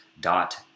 dot